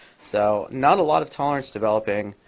so not a lot of tolerance developing